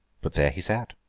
but there he sat.